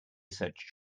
search